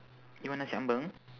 you want nasi ambeng